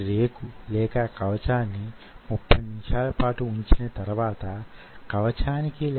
ఏ range లో మీరు వీటిని అభివృద్ధి చేస్తూ ఉన్నారనేది ఆలోచించాలి